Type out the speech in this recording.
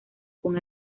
con